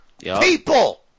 People